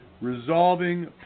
Resolving